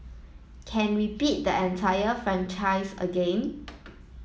can repeat the entire franchise again